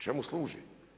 Čemu služe?